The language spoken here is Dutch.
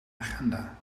agenda